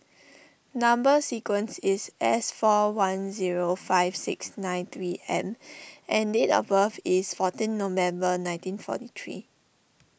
Number Sequence is S four one zero five six nine three M and date of birth is fourteen November nineteen forty three